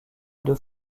deux